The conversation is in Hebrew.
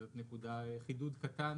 זה חידוד קטן